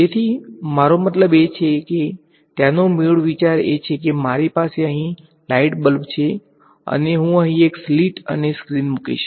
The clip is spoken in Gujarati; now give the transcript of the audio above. તેથી મારો મતલબ એ છે કે ત્યાંનો મૂળ વિચાર એ છે કે મારી પાસે અહીં લાઇટ બલ્બ છે અને હું અહીં એક સ્લિટ અને સ્ક્રીન મૂકીશ